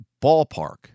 ballpark